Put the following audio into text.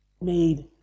made